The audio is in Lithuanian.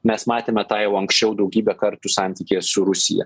mes matėme tą jau anksčiau daugybę kartų santykyje su rusija